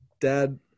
Dad